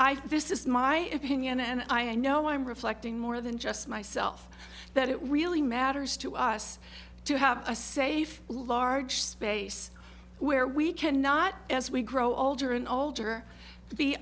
think this is my opinion and i know i'm reflecting more than just myself that it really matters to us to have a safe large space where we can not as we grow older and older